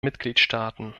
mitgliedstaaten